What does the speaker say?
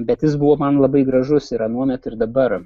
bet jis buvo man labai gražus ir anuomet ir dabar